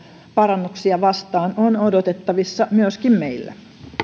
parannuksia vastaan on odotettavissa myöskin meillä